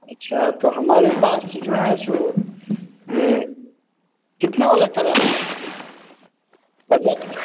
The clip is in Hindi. अच्छा तो हमारे पास जो है सो कितने वाला कराना है आपको बजट